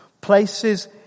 places